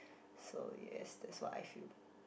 so yes that's what I feel